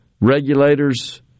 regulators